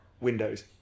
windows